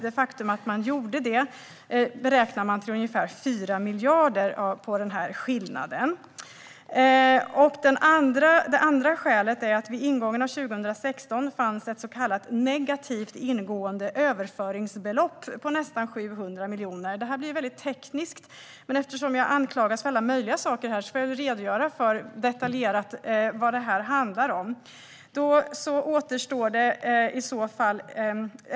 Det faktum att man gjorde det beräknar man till ungefär 4 miljarder av skillnaden. Det andra skälet är att det vid ingången av 2016 fanns ett så kallat negativt ingående överföringsbelopp på nästan 700 miljoner. Det här blir väldigt tekniskt. Men eftersom jag anklagas för alla möjliga saker här får jag detaljerat redogöra för vad det handlar om.